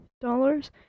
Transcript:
dollars